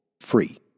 free